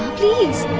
please